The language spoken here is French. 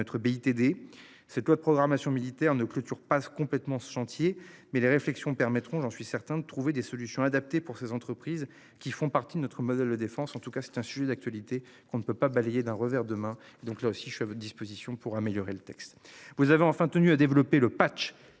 notre BITD, cette loi de programmation militaire ne clôture passe complètement ce chantier mais les réflexions permettront j'en suis certain de trouver des solutions adaptées pour ces entreprises qui font partie de notre modèle de défense en tout cas c'est un sujet d'actualité qu'on ne peut pas balayer d'un revers de main. Donc là aussi je suis à votre disposition pour améliorer le texte. Vous avez enfin tenu à développer le patch